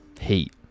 Heat